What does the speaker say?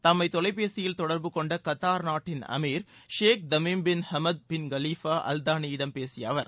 தம்மை தொலைபேசியில் தொடர்பு கொண்ட கத்தார் நாட்டின் அமீர் Sheikh Tamim bin Hamad bin Khalifa Al தானியிடம் பேசிய அவர்